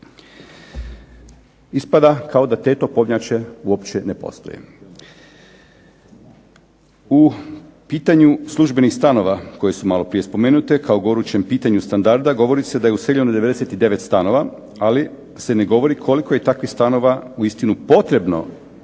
Ispada da te topovnjače uopće ne postoje. U pitanju službenih stanova koje su malo prije spomenute kao gorućem pitanju standarda govori se da je useljeno 99 stanova, ali se ne govori koliko je takvih stanova uistinu potrebno